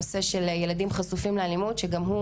הנושא האחרון הוא הנושא של ילדים חשופים לאלימות שגם לו